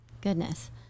Goodness